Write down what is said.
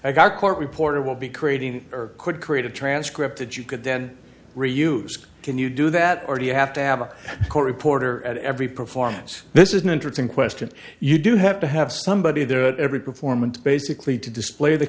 i got a court reporter will be creating or could create a transcript that you could then reuse can you do that or do you have to have a court reporter at every performance this is an interesting question you do have to have somebody there at every performance basically to display the